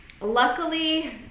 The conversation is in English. Luckily